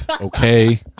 Okay